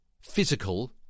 physical